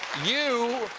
you,